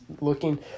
looking